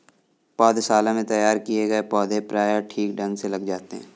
पौधशाला में तैयार किए गए पौधे प्रायः ठीक ढंग से लग जाते हैं